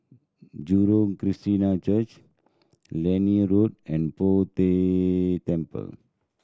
Jurong Christiana Church Liane Road and Poh Day Temple